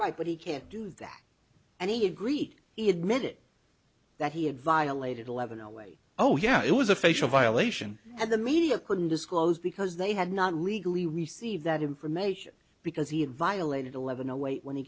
right but he can't do that and he agreed he admitted that he had violated eleven away oh yeah it was a facial violation and the media couldn't disclose because they had not legally received that information because he had violated eleven away when he